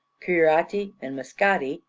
curiaty and mascati,